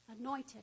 anointed